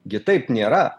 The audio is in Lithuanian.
gi taip nėra